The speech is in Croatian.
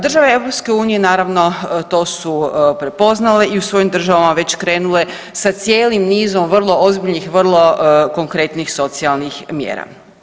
Države EU naravno to su prepoznale i u svojim državama već krenule sa cijelim nizom vrlo ozbiljnih i vrlo konkretnih socijalnih mjera.